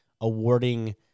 awarding